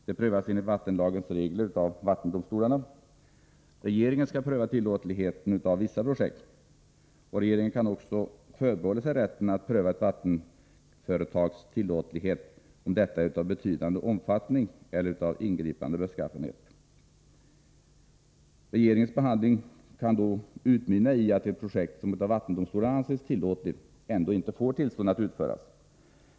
Detta prövas enligt vattenlagens regler av vattendomstolarna. Regeringen skall pröva tillåtligheten av vissa projekt. Regeringen kan också förbehålla sig rätten att pröva ett vattenföretags tillåtlighet om detta är av betydande omfattning eller av ingripande beskaffenhet. Regeringens behandling kan då utmynna i att ett projekt som av vattendomstolarna ansetts tillåtligt ändå inte får utföras.